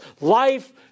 life